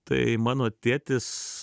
tai mano tėtis